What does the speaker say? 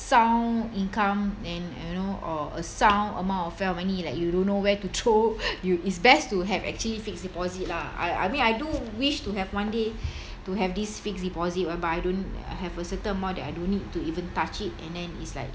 sound income and you know or a sound amount of fair money like you don't know where to throw you it's best to have actually fixed deposit lah I I mean I do wish to have one day to have this fixed deposit whereby I don't have a certain amount that I don't need to even touch it and then is like